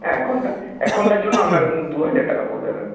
অ্যাঁ এক ঘণ্টা এক ঘণ্টার জন্য আপনার দু হাজার টাকা পড়বে ম্যাম